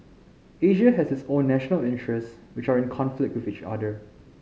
Asia has its own national interests which are in conflict with each other